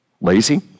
Lazy